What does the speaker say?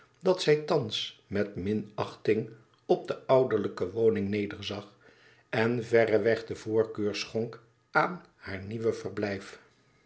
dat zij thans met minachting op de ouderlijke woning nederzag en verreweg de voorkeur schonk aan haar nieuw verblijf